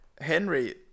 Henry